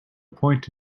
point